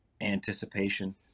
anticipation